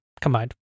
combined